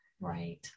Right